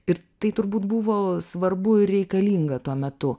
ir tai turbūt buvo svarbu ir reikalinga tuo metu